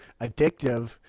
addictive